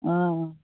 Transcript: हाँ